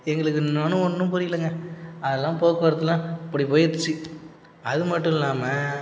எங்களுக்கு என்னான்னு ஒன்றும் புரியலைங்க அதெல்லாம் போக்குவரத்தெல்லாம் அப்படி போயிடுச்சு அது மட்டும் இல்லாமல்